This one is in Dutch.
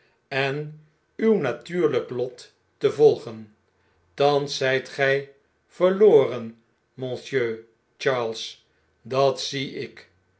en uw natuurlyk lot te volgen thans zytgy verloren monsieur charles dat zie ik